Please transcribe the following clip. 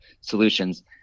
solutions